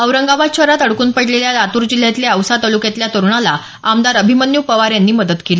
औरंगाबाद शहरात अडकून पडलेल्या लातूर जिल्ह्यातल्या औसा तालुक्यातल्या तरुणाला आमदार अभिमन्यू पवार यांनी मदत केली